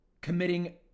committing